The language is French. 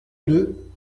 deux